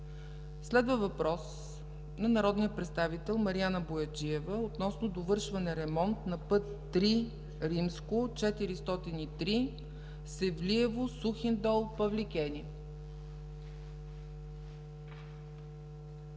Следва въпрос от народния представител Мариана Бояджиева относно довършване и ремонт на път III-403 Севлиево – Сухиндол – Павликени.